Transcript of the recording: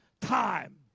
time